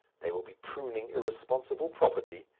they will be pruning irresponsible property,